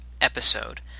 episode